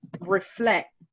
reflect